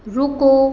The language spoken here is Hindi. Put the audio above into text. रुको